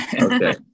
Okay